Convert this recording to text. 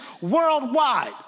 worldwide